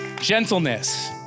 gentleness